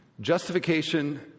Justification